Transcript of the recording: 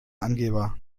angeber